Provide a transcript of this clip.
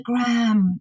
Instagram